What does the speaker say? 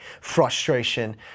frustration